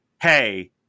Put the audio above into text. hey